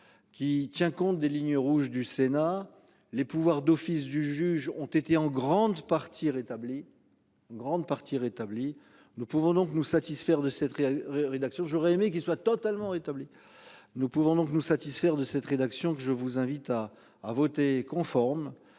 qui tient compte des lignes rouges du Sénat les pouvoirs d'office du juge ont été en grande partie rétabli. Grande partie rétabli. Nous pouvons donc nous satisfaire de cette. Rédaction j'aurais aimé qu'il soit totalement établi. Nous pouvons donc nous satisfaire de cette rédaction que je vous invite à à voter conforme.